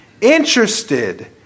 interested